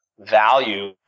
value